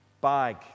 Bag